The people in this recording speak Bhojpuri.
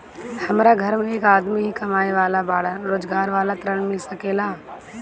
हमरा घर में एक आदमी ही कमाए वाला बाड़न रोजगार वाला ऋण मिल सके ला?